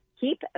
keep